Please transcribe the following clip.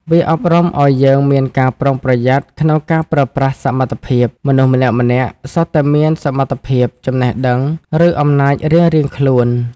វាអប់រំអោយយើងមានការប្រុងប្រយ័ត្នក្នុងការប្រើប្រាស់សមត្ថភាព មនុស្សម្នាក់ៗសុទ្ធតែមានសមត្ថភាព ចំណេះដឹង ឬអំណាចរៀងៗខ្លួន។